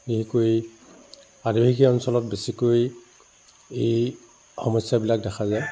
বিশেষকৈ আদিবাসী অঞ্চলত বেছিকৈ এই সমস্যাবিলাক দেখা যায়